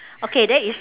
okay then it's